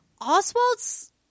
Oswald's